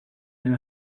know